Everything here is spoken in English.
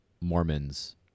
Mormons